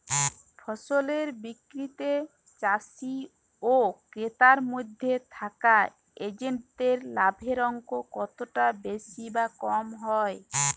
ফসলের বিক্রিতে চাষী ও ক্রেতার মধ্যে থাকা এজেন্টদের লাভের অঙ্ক কতটা বেশি বা কম হয়?